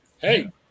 Hey